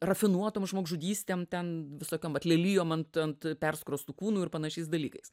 rafinuotom žmogžudystėm ten visokiom vat lelijom ant ant perskrostu kūnu ir panašiais dalykais